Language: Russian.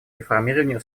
реформированию